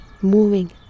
moving